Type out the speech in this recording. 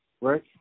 Right